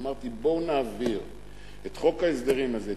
אמרתי: בואו נעביר את חוק ההסדרים הזה,